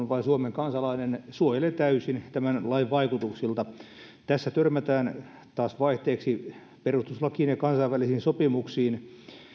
vain suomen kansalainen suojelee täysin tämän lain vaikutuksilta tässä törmätään taas vaihteeksi perustuslakiin ja kansainvälisiin sopimuksiin